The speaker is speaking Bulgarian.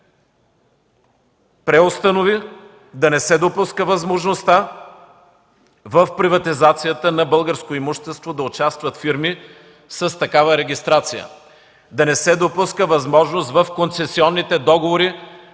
преустанови, да не се допуска възможността в приватизацията на българско имущество да участват фирми с такава регистрация, да не се допуска възможност в концесионните договори,